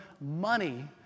money